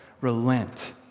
relent